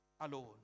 alone